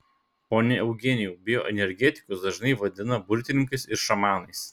pone eugenijau bioenergetikus dažnai vadina burtininkais ir šamanais